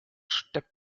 steppt